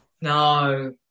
no